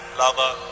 lover